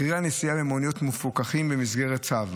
מחירי הנסיעה במוניות מפוקחים במסגרת צו,